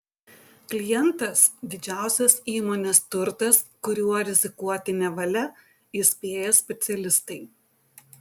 klientas didžiausias įmonės turtas kuriuo rizikuoti nevalia įspėja specialistai